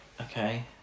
Okay